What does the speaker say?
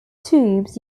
tubes